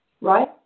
Right